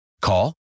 Call